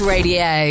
Radio